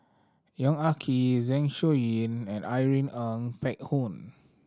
Yong Ah Kee Zeng Shouyin and Irene Ng Phek Hoong